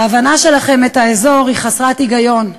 ההבנה שלכם את האזור היא חסרת היגיון.